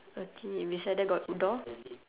okay beside there got door